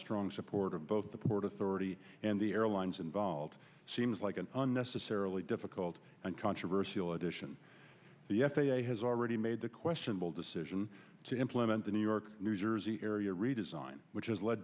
strong support of both the port authority and the airlines involved seems like an unnecessarily difficult and controversial addition the f a a has already made the questionable decision to implement the new york new jersey area redesign which has led